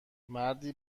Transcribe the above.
مردی